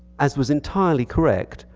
as was entirely correct,